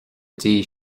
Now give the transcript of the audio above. dtí